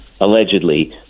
allegedly